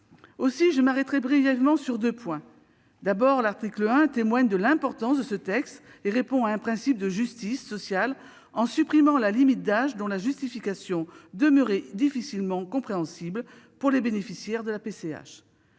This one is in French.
Aussi, je m'arrêterai brièvement sur deux points. Tout d'abord, l'article 1 témoigne de l'importance de ce texte et répond à un principe de justice sociale en supprimant une limite d'âge dont la justification demeurait difficilement compréhensible pour les bénéficiaires de la PCH.